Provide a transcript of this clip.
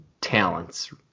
talents